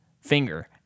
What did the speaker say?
finger